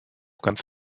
ganz